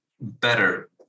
better